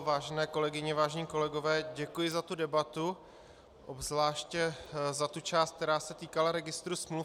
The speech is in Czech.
Vážené kolegyně, vážení kolegové, děkuji za tu debatu, obzvláště za tu část, která se týkala registru smluv.